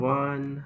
one